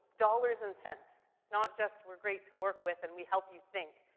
dollars and cents. not just we're great to work with, and we help you think.